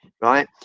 right